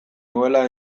nuela